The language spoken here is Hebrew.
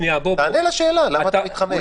אם אתה נגד סגר, תגיד שאתה נגד סגר, זה בסדר.